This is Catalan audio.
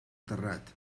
terrat